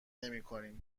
نمیکنیم